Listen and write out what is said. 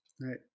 Right